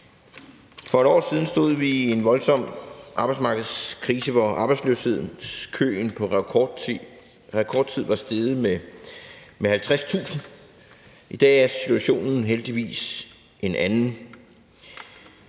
For et år siden stod vi i en voldsom arbejdsmarkedskrise, hvor arbejdsløshedskøen på rekordtid var steget med 50.000. I dag er situationen heldigvis en anden.